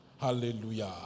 Hallelujah